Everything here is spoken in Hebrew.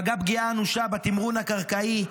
פגע פגיעה אנושה בתמרון הקרקעי,